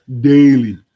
daily